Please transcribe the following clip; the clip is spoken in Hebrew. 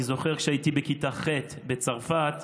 אני זוכר שכשהייתי בכיתה ח' בצרפת,